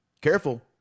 Careful